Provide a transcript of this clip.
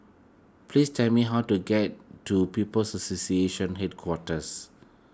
please tell me how to get to People's Association Headquarters